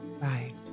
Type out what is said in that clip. bye